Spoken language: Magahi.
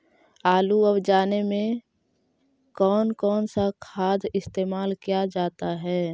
आलू अब जाने में कौन कौन सा खाद इस्तेमाल क्या जाता है?